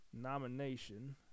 nomination